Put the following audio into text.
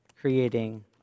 creating